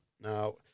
now